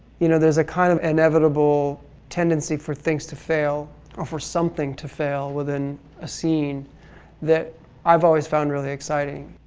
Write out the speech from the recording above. you know there's a kind of inevitable tendency for things to fail or for something to fail within a scene that i've always found really exciting.